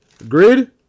Agreed